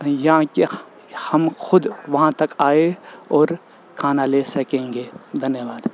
یہاں کہ ہم خود وہاں تک آئے اور کھانا لے سکیں گے دھنیہ واد